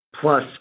plus